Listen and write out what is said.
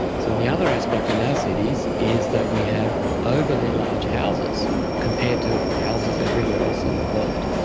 so the other aspect in our cities is that we have overly large houses compared to houses everywhere else in the world.